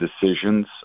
decisions